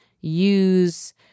use